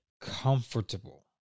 comfortable